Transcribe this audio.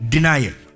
Denial